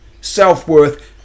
self-worth